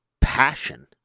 passion